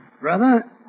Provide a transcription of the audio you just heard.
Brother